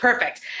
Perfect